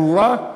ברורה,